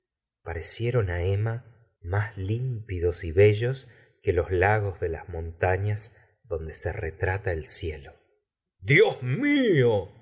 azules parecieron emma más límpidos y bellos que los lagos de las montañas donde se retrata el cielo dios mío